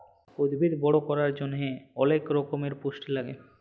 উদ্ভিদ বড় ক্যরার জন্হে অলেক রক্যমের পুষ্টি লাগে